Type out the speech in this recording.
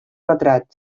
retrat